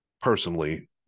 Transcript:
Personally